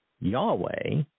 Yahweh